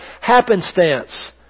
happenstance